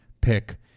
pick